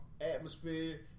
atmosphere